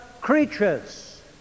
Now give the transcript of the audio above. creatures